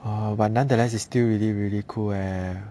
oh but nonetheless is still really really cool eh